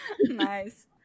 nice